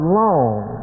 long